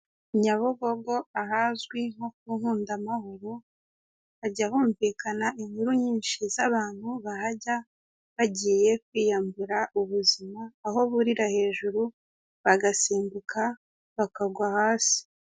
Nyabugogo ahazwi nko ku nkundamahoro hajya humvikana inkuru nyinshi z'abantu bahajya bagiye kwiyambura ubuzima aho buririra hejuru bagasimbuka bakagwa hasi.